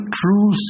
true